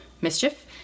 mischief